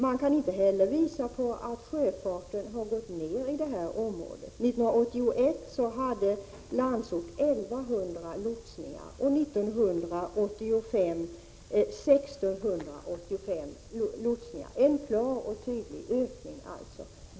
Man kan inte heller visa på att sjöfarten har minskat i området. 1981 hade Landsort 1 100 lotsningar, och 1985 var antalet 1 685. Det är alltså fråga om en klar och tydlig ökning.